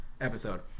episode